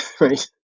right